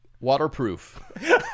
Waterproof